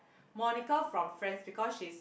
Monica from Friends because she's